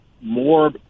more